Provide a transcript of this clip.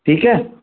ठीकु आहे